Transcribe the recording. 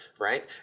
right